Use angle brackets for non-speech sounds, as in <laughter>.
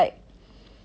<breath>